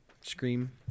scream